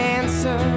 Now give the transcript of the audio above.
answer